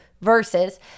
verses